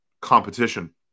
competition